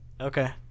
Okay